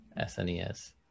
SNES